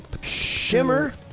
Shimmer